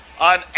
on